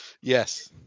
Yes